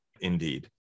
Indeed